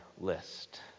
list